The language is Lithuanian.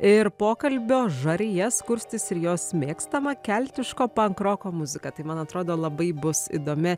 ir pokalbio žarijas kurstys ir jos mėgstama keltiško pankroko muzika tai man atrodo labai bus įdomi